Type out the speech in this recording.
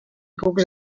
cucs